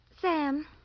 Sam